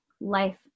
life